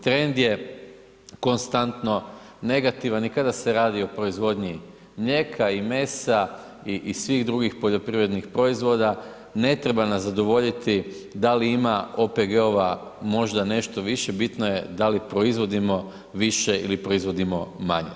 Trend je konstantno negativan i kada se radi o proizvodnji mlijeka i mesa i svih drugih poljoprivrednih proizvoda ne treba nas zadovoljiti da li ima OPG-ova možda nešto više, bitno je da li proizvodimo više ili proizvodimo manje.